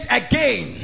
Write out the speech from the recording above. again